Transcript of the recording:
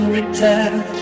return